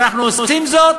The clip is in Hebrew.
אבל אנחנו עושים זאת